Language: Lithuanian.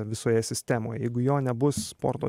visoje sistemoje jeigu jo nebus sporto